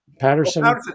Patterson